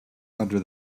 under